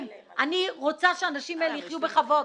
רוצה שהאנשים האלה יחיו בכבוד.